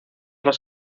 las